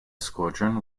squadron